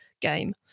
game